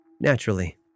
Naturally